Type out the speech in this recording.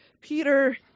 Peter